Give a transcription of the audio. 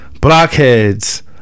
blockheads